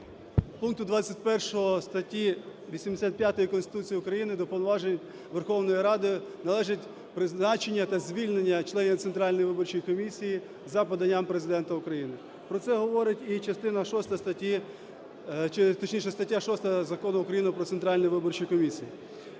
пункту 21 статті 85 Конституції України до повноважень Верховної Ради належить призначення та звільнення членів Центральної виборчої комісії за поданням Президента України. Про це говорить і частина шоста, статті… точніше, стаття 6 Закону України "Про Центральну виборчу комісію".